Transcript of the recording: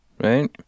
right